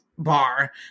Bar